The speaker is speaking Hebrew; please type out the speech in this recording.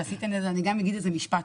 אני גם אגיד איזה משפט.